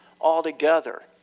altogether